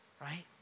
right